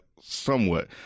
Somewhat